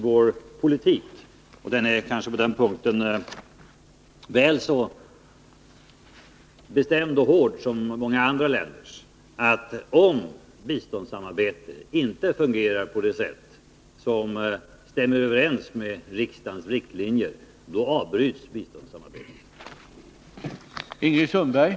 Vår politik är kanske på den punkten väl så bestämd och hård som många andra länders. Om biståndssamarbetet inte fungerar på det sätt som stämmer överens med riksdagens riktlinjer, då avbryts biståndssamarbetet.